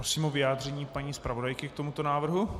Prosím o vyjádření paní zpravodajky k tomuto návrhu.